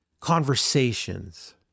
conversations